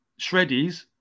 shreddies